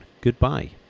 Goodbye